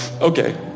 okay